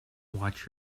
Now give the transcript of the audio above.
watch